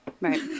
right